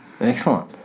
Excellent